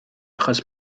achos